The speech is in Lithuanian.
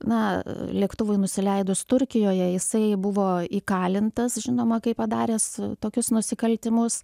na lėktuvui nusileidus turkijoje jisai buvo įkalintas žinoma kaip padaręs tokius nusikaltimus